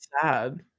sad